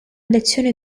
lezione